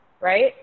right